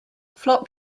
flop